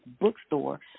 bookstore